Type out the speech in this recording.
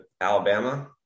alabama